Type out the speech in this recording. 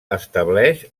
estableix